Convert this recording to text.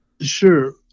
Sure